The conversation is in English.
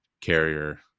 carrier